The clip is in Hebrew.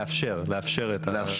יש